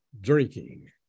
drinking